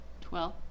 Twelve